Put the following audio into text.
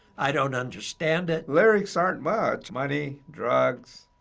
i don't understand it. lyrics aren't much. money, drugs,